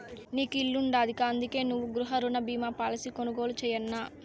నీకు ఇల్లుండాదిగా, అందుకే నువ్వు గృహరుణ బీమా పాలసీ కొనుగోలు చేయన్నా